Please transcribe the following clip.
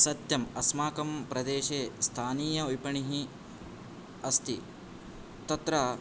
सत्यम् अस्माकं प्रदेशे स्थानीय विपणिः अस्ति तत्र